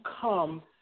come